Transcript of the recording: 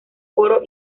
coro